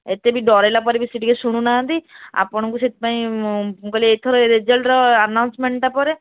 ଏତେ ବି ଡରାଇଲା ପରେ ବି ସିଏ ଟିକେ ଶୁଣୁନାହାନ୍ତି ଆପଣଙ୍କୁ ସେଥିପାଇଁ ମୁଁ କହିଲି ଏଥର ରେଜଲ୍ଟର ଆନାଉନ୍ସମେଣ୍ଟଟା ପରେ